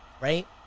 right